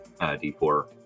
D4